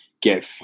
get